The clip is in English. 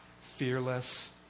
fearless